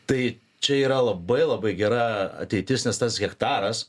tai čia yra labai labai gera ateitis nes tas hektaras